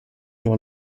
won